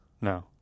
No